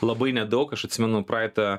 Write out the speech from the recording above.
labai nedaug aš atsimenu praeitą